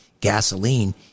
gasoline